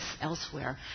elsewhere